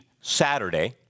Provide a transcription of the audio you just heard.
Saturday